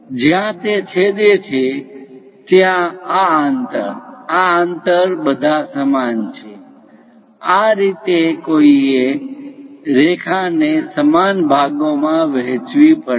જ્યાં તે છેદે છે ત્યાં આ અંતર આ અંતર બધા સમાન છે આ રીતે કોઈએ રેખાને સમાન ભાગોમાં વહેંચવી પડશે